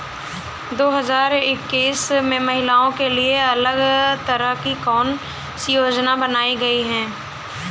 दो हजार इक्कीस में महिलाओं के लिए अलग तरह की कौन सी योजना बनाई गई है?